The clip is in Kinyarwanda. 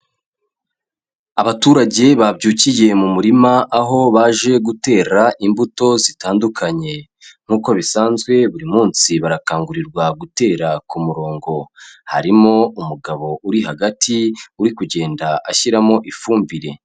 Abaturage babyukiye mu murima aho baje gutera imbuto zitandukanye, nkuko bisanzwe buri munsi barakangurirwa gutera ku murongo, harimo umugabo uri hagati uri kugenda ashyiramo ifumbire.